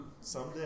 someday